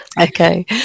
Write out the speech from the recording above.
Okay